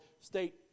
state